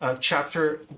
Chapter